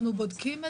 זה